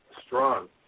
strong